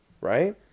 Right